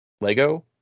Lego